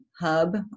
hub